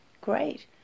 great